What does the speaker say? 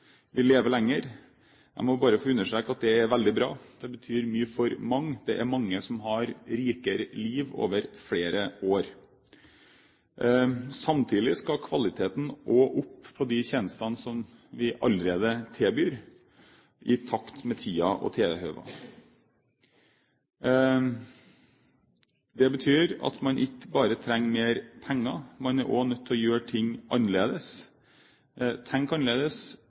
Vi lever lenger. Jeg må bare få understreke at det er veldig bra. Det betyr mye for mange. Det er mange som har et rikere liv over flere år. Samtidig skal kvaliteten opp på de tjenestene som vi allerede tilbyr, i takt med tiden og tilhøvene. Det betyr at man ikke bare trenger mer penger. Man er også nødt til å gjøre ting annerledes, tenke annerledes,